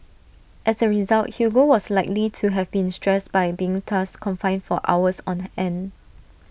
as A result Hugo was likely to have been stressed by being thus confined for hours on end